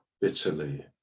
bitterly